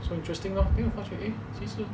so interesting lor nothing much